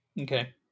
Okay